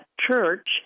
church